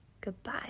goodbye